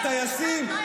הטייסים,